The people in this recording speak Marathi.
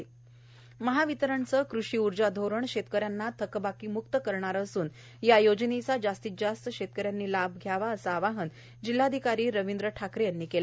कृषी ऊर्जा महावितरणचे कृषी ऊर्जा धोरण शेतकऱ्यांना थकबाकीमुक्त करणारे असून या योजनेचा जास्तीत जास्त लाभ घेण्याचे आवाहन जिल्हाधिकारी रवींद्र ठाकरे यांनी केले